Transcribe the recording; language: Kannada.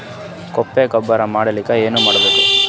ತಿಪ್ಪೆ ಗೊಬ್ಬರ ಮಾಡಲಿಕ ಏನ್ ಮಾಡಬೇಕು?